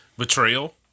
Betrayal